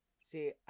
See